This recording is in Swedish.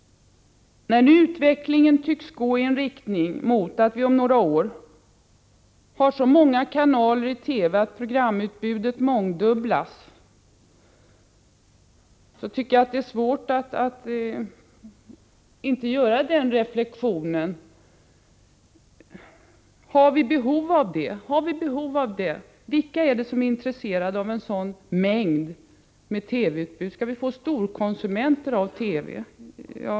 När nu utvecklingen tycks gå i en riktning mot att vi om några år har så många kanaler i TV att programutbudet mångdubblas, är det svårt att inte göra följande reflexion: Har vi behov av detta? Vilka är det som är intresserade av en sådan mängd TV-program? Skall vi få storkonsumenter av TV?